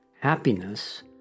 Happiness